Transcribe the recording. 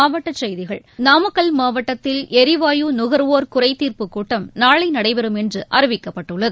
மாவட்ட செய்திகள் நாமக்கல் மாவட்டத்தில் எரிவாயு நுகர்வோர் குறைதீர் கூட்டம் நாளை நடைபெறும் என்று அறிவிக்கப்பட்டுள்ளது